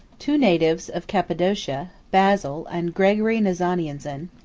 two natives of cappadocia, basil, and gregory nazianzen,